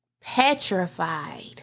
petrified